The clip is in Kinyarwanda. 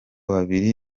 babiri